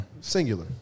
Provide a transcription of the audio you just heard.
singular